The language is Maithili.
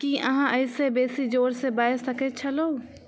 की अहाँ एहि से बेसी जोर से बाजि सकैत छलहुँ